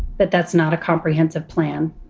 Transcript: but that's not a comprehensive plan.